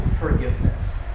forgiveness